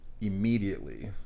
immediately